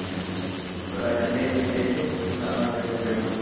प्रायः अन्येषु दिनेषु सामान्यरूपेण